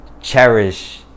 Cherish